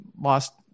lost